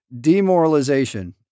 demoralization